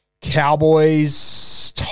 Cowboys